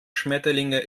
schmetterlinge